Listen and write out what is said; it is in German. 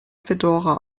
fedora